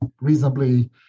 reasonably